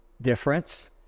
Difference